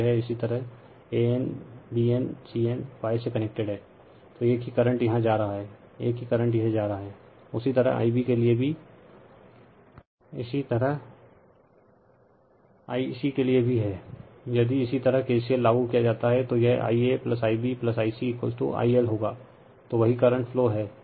और यह इसी तरह an bn cnY से कनेक्टेड हैं तो एक ही करंट यहाँ जा रहा है एक ही करंट यह जा रहा हैं उसी तरह Ib के लिए भी इसी तरह Ic के लिए भी हैं यदि इसी तरह KCL लागू किया जाता हैं तो यह Ia Ib Ic ILहोगा तो वही करंट फ्लो है